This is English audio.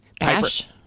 Ash